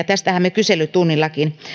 tästähän me kyselytunnillakin